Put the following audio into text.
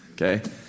Okay